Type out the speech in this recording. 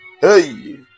hey